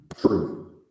true